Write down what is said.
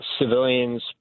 civilians